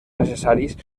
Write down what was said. necessaris